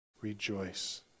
Rejoice